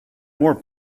more